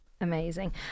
Amazing